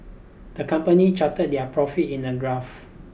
the company charted their profits in a graph